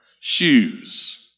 shoes